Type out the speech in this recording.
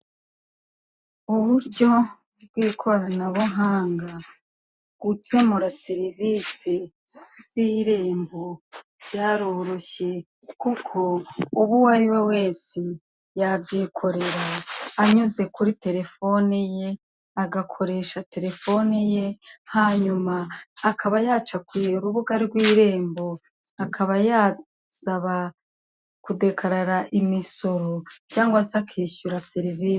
Uburyo bw'ikoranabuhanga, gukemura serivisi z'irembo byaroroshye, kuko ubu uwariwe wese yabyikorera anyuze kuri telefoni ye, agakoresha telefoni ye hanyuma akaba yaca ku urubuga rw'irembo, akaba yazaba kudekarara imisoro cyangwa se akishyura serivisi.